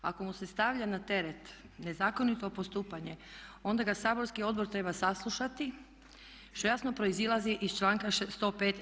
Ako mu se stavlja na teret nezakonito postupanje onda ga saborski odbor treba saslušati što jasno proizlazi iz članka 105.